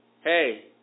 hey